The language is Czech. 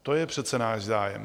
To je přece náš zájem.